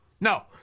No